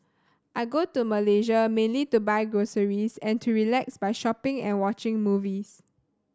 I go to Malaysia mainly to buy groceries and to relax by shopping and watching movies